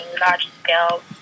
large-scale